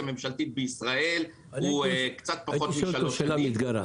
ממשלתית בישראל הוא קצת פחות משלוש שנים.